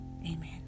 Amen